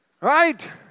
right